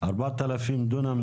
בתחום חריש?